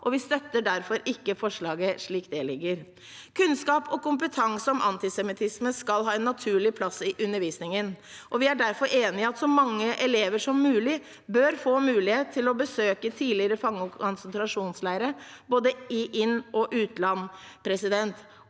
og vi støtter derfor ikke forslaget slik det foreligger. Kunnskap og kompetanse om antisemittisme skal ha en naturlig plass i undervisningen, og vi er derfor enig i at så mange elever som mulig bør få mulighet til å besøke tidligere fange- og konsentrasjonsleirer i både innog utland. Det